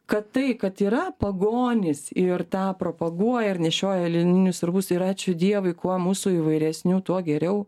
kad tai kad yra pagonys ir tą propaguoja ar nešioja lininius rūbus ir ačiū dievui kuo mūsų įvairesnių tuo geriau